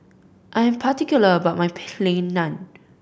I am particular about my Plain Naan